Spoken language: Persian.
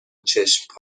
چشم